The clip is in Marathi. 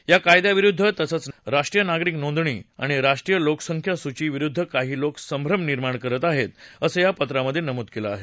या कायद्याविरुद्ध तसंच राष्ट्रीय नागरिक नोंदणी आणि राष्ट्रीय लोकसंख्या सूची विरुद्ध काही लोक संभ्रम निर्माण करत आहेत असं या पत्रामध्ये नमूद केलं आहे